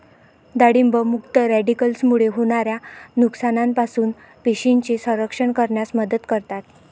डाळिंब मुक्त रॅडिकल्समुळे होणाऱ्या नुकसानापासून पेशींचे संरक्षण करण्यास मदत करतात